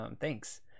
Thanks